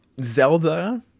Zelda